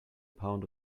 pound